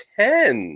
ten